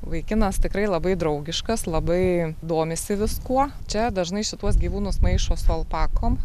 vaikinas tikrai labai draugiškas labai domisi viskuo čia dažnai šituos gyvūnus maišo su alpakom